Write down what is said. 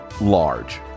large